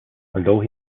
although